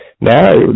Now